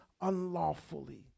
unlawfully